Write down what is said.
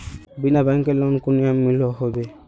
बिना बैंकेर लोन कुनियाँ मिलोहो होबे?